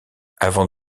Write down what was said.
avant